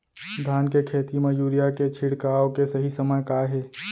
धान के खेती मा यूरिया के छिड़काओ के सही समय का हे?